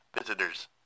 visitors